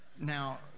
Now